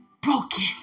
broken